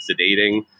sedating